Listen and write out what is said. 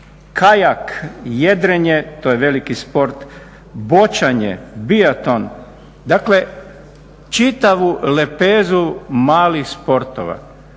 kajak, jedrenje to je veliki sport, boćanje, biaton. Dakle, čitavu lepezu malih sportova.